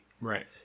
Right